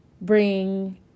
bring